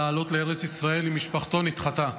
לעלות לארץ ישראל עם משפחתו נדחתה.